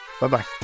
Bye-bye